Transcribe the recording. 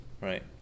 Right